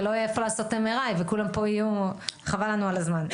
ולא יהיה איפה לעשות MRI. חבל לנו על הזמן.